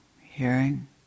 hearing